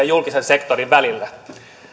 julkisen sektorin välillä